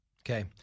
Okay